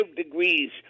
degrees